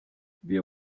wir